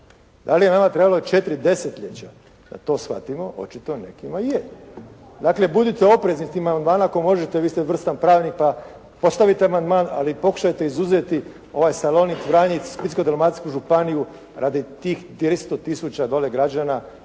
Da li je nama trebalo i četiri desetljeća da to shvatimo, očito nekima je. Dakle, budite oprezni sa tim amandmanom ako možete, vi ste vrstan pravnik, postavite amandman, ali pokušajte izuzeti ovaj salonit, vranjic, Splitsko-dalmatinsku županiju radi tih 200 tisuća dole građana